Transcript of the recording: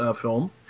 film